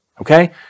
Okay